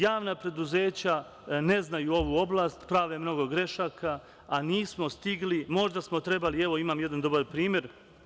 Javna preduzeća ne znaju ovu oblast, prave mnogo grešaka, a nismo stigli, možda smo trebali, evo, imam jedan dobar primer.